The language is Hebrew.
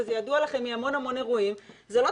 וזה ידוע לכם מהמון המון אירועים,